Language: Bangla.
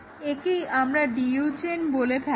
একেই আমরা DU চেন বলে থাকি